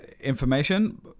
information